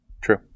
True